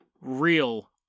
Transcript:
real